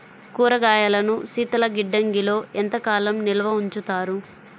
కూరగాయలను శీతలగిడ్డంగిలో ఎంత కాలం నిల్వ ఉంచుతారు?